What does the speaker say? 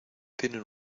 tienen